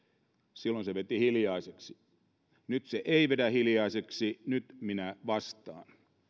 silloin se veti hiljaiseksi nyt se ei vedä hiljaiseksi nyt minä vastaan